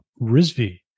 Rizvi